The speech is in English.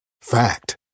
Fact